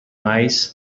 eyes